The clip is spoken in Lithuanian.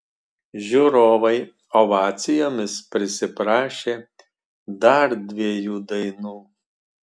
žiūrovai ovacijomis prisiprašė dar dviejų dainų